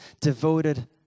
devoted